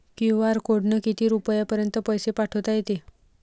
QR कोडनं किती रुपयापर्यंत पैसे पाठोता येते?